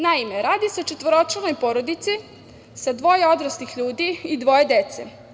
Naime, radi se o četvoročlanoj porodici sa dvoje odraslih ljudi i dvoje dece.